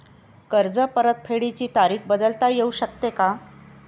कर्ज परतफेडीची तारीख बदलता येऊ शकते का?